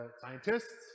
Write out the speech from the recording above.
scientists